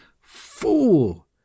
fool